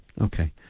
Okay